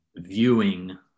viewing